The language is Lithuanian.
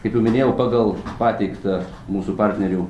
kaip jau minėjau pagal pateiktą mūsų partnerių